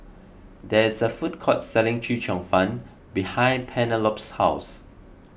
there is a food court selling Chee Cheong Fun behind Penelope's house